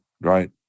Right